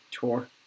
tour